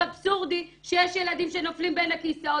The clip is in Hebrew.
אבסורדי שיש ילדים שנופלים בין הכיסאות.